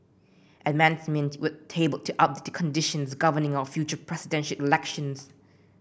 amendments were tabled to up the conditions governing our future Presidential Elections